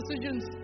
decisions